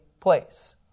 place